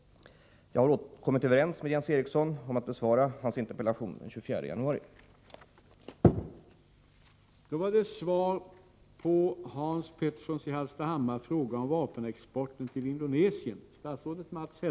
Jag har kommit överens med Jens Eriksson om att hans interpellation skall besvaras den 24 januari.